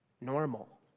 normal